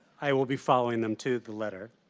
i will be following them to the letter.